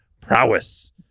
prowess